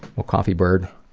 well coffee bird,